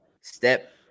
Step